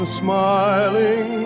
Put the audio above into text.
smiling